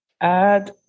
add